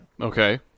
Okay